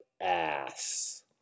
ass